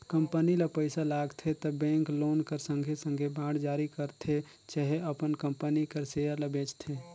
company ल पइसा लागथे त बेंक लोन कर संघे संघे बांड जारी करथे चहे अपन कंपनी कर सेयर ल बेंचथे